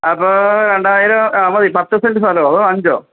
അപ്പോൾ രണ്ടായിരം മതി പത്ത് സെൻറ് സ്ഥലമോ അതോ അഞ്ചോ